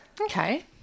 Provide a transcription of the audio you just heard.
Okay